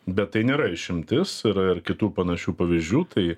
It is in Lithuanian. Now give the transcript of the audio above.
bet tai nėra išimtis yra ir kitų panašių pavyzdžių tai